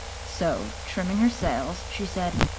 so trimming her sails she said,